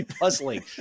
puzzling